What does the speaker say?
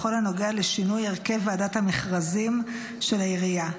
בכל הנוגע לשינוי הרכב ועדת המכרזים של העירייה.